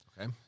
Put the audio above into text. Okay